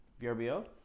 VRBO